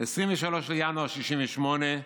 23 בינואר 1968,